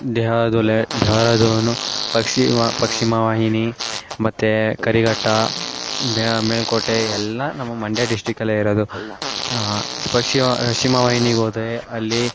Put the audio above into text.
ದೆಹಾದುಲೆ ಡೆಹರಾದೂನ್ ಪಕ್ಷಿಮವಾಹಿನಿ ಮತ್ತು ಕರಿಘಟ್ಟ ಬೆ ಮೇಲುಕೋಟೆ ಎಲ್ಲ ನಮ್ಮ ಮಂಡ್ಯ ಡಿಸ್ಟಿಕಲ್ಲೇ ಇರೋದು ಪಕ್ಷಿಮ ಶಿಮವಾಹಿನಿಗೋದರೆ ಅಲ್ಲಿ